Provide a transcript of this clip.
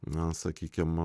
na sakykim